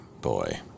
boy